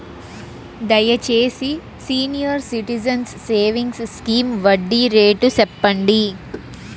దయచేసి senior citizens savings scheme వడ్డీ rate సెప్పండి